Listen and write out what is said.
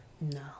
No